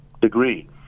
degree